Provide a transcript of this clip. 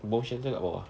bomb shelter kat bawah